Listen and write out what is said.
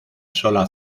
sola